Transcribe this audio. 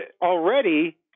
already